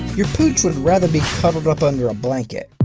your pooch would rather be cuddled up under a blanket.